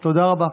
תודה.